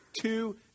two